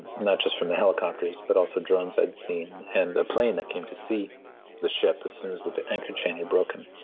and not just from the helicopters, but also drones i'd seen, and the plane that came to see the ship as soon as the anchor chain had broken